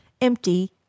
empty